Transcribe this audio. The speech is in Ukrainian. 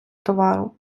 товару